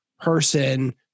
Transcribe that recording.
person